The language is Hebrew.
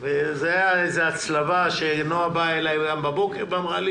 וזאת הייתה הצלבה כי נעה באה אלי הבוקר ואמרה לי